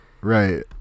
right